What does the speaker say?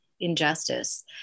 injustice